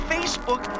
Facebook